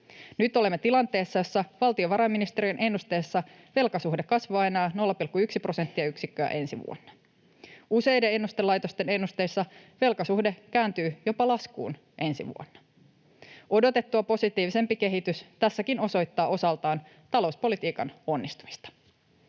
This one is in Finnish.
Nyt olemme tilanteessa, jossa valtiovarainministeriön ennusteessa velkasuhde kasvaa enää 0,1 prosenttiyksikköä ensi vuonna. Useiden ennustelaitosten ennusteissa velkasuhde jopa kääntyy laskuun ensi vuonna. Odotettua positiivisempi kehitys tässäkin osoittaa osaltaan talouspolitiikan onnistumista.